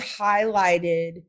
highlighted